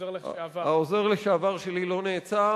העוזר לשעבר שלי לא נעצר,